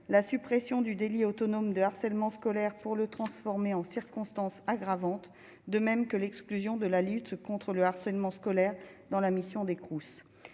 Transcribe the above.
la suppression du délit autonome de harcèlement scolaire pour le transformer en circonstance aggravante, de même que l'exclusion de la lutte contre le harcèlement scolaire dans la mission des